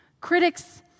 Critics